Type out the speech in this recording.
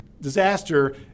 disaster